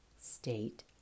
state